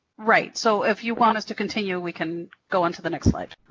right. so if you want us to continue, we can go on to the next slide.